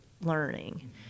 learning